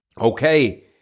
Okay